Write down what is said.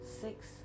six